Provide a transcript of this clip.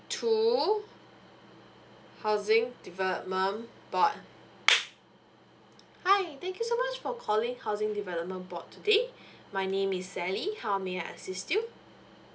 two housing development board hi thank you so much for calling housing development board today my name is sally how may I assist you